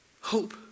Hope